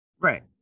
Right